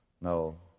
No